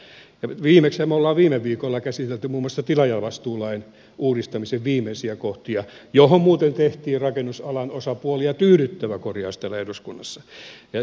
viimeksihän me olemme viime viikolla käsitelleet muun muassa tilaajavastuulain uudistamisen viimeisiä kohtia joihin muuten tehtiin rakennusalan osapuolia tyydyttävä korjaus täällä eduskunnassa